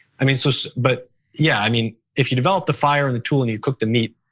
i mean so so but yeah, i mean if you develop the fire and the tool and you cook the meat,